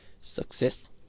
success